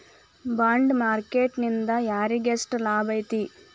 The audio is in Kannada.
ಬಾಂಡ್ ಮಾರ್ಕೆಟ್ ನಿಂದಾ ಯಾರಿಗ್ಯೆಷ್ಟ್ ಲಾಭೈತಿ?